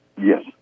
Yes